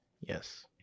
Yes